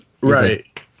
Right